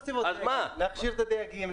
להכשיר את הדייגים,